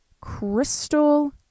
crystal